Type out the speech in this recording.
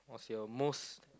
it's your most